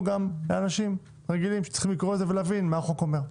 גם לאנשים שצריכים לקרוא את זה ולהבין מה החוק אומר.